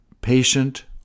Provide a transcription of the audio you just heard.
patient